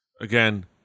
again